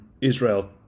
Israel